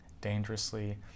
dangerously